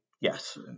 yes